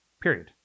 period